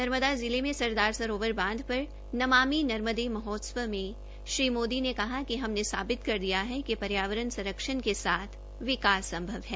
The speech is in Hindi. नर्मदा जिले में सरदार सरोवर बांध पर नमामि नर्मदे महोत्सव में श्री मोदी ने कहा कि हमने साबित कर दिया है कि पर्यावरण संरक्षण के साथ विकास संभव है